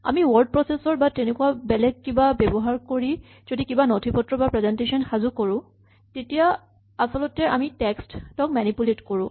আমি word processor বা তেনেকুৱা বেলেগ কিবা ব্যৱহাৰ কৰি যদি কিবা নথিপত্ৰ বা প্ৰেজেন্টেচন সাজু কৰো তেতিয়া আচলতে আমি টেক্স্ট ক মেনিপুলেট কৰো